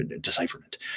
decipherment